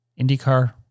IndyCar